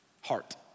heart